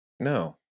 no